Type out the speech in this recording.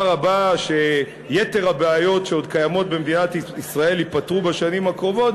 רבה שיתר הבעיות שעוד קיימות במדינת ישראל ייפתרו בשנים הקרובות,